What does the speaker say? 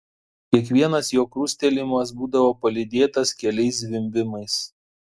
kiekvienas jo krustelėjimas būdavo palydėtas keliais zvimbimais